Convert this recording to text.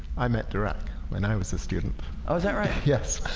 i met dirac when i was a student oh, is that right? yes